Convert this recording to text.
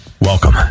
Welcome